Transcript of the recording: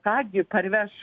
ką gi parveš